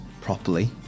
properly